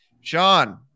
Sean